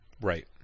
Right